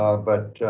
um but